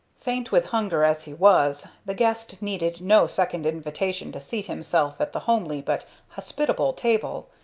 faint with hunger as he was, the guest needed no second invitation to seat himself at the homely but hospitable table,